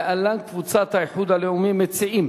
להלן: קבוצת האיחוד הלאומי, מציעים.